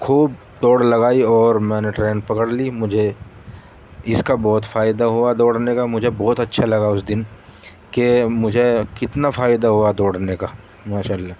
خوب دوڑ لگائی اور میں نے ٹرین پکڑ لی مجھے اس کا بہت فائدہ ہوا دوڑنے کا مجھے بہت اچھا لگا اس دن کہ مجھے کتنا فائدہ ہوا دوڑنے کا ماشااللہ